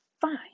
fine